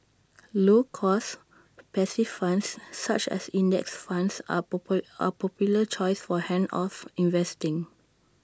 low cost passive funds such as index funds are popular are popular choice for hands off investing